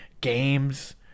games